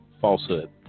falsehood